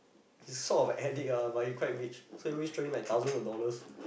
he's sort of addict ah but he quite rich so he always like throwing thousand of dollars